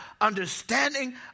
understanding